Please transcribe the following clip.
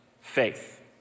faith